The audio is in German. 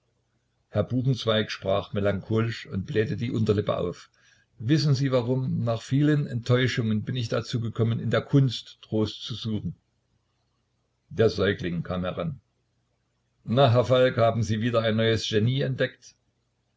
herr buchenzweig sprach melancholisch und blähte die unterlippe auf wissen sie warum nach vielen enttäuschungen bin ich dazu gekommen in der kunst trost zu suchen der säugling kam heran na herr falk haben sie wieder ein neues genie entdeckt